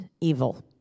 evil